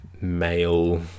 male